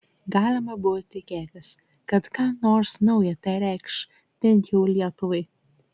galima buvo tikėtis kad ką nors nauja tai reikš bent jau lietuvai